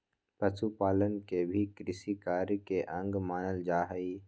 पशुपालन के भी कृषिकार्य के अंग मानल जा हई